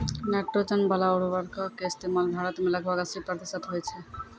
nitrogen बाला उर्वरको के इस्तेमाल भारत मे लगभग अस्सी प्रतिशत होय छै